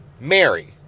Mary